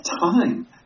time